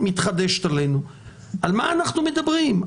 על מה אנחנו מדברים?